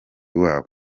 wabo